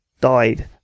Died